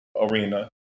arena